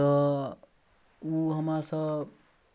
ओ चश्मा हमरा बहुते पसन्द आयल छल